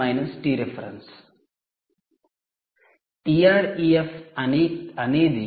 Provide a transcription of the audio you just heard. F అనేది Seebeck coefficient